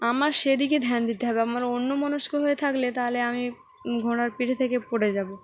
আমার সেদিকে ধ্যান দিতে হবে আমার অন্যমনস্ক হয়ে থাকলে তাহলে আমি ঘোড়ার পিঠে থেকে পড়ে যাব